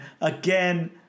again